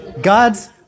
God's